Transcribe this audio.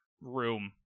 room